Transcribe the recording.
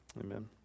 Amen